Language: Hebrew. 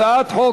הצעת חוק